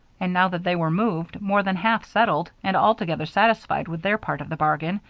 and now that they were moved, more than half settled, and altogether satisfied with their part of the bargain,